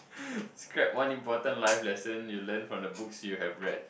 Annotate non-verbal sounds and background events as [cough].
[breath] describe one important life lesson you learn from the books you have read